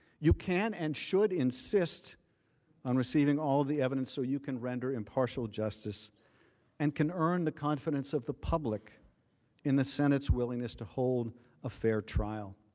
you can and should insist on receiving all the evidence so you can render impartial justice and earn the confidence of the public in the senate's willingness to hold a fair trial.